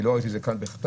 לא ראיתי את זה כאן בכתב,